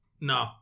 no